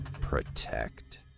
Protect